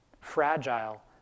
fragile